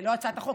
לא הצעת החוק,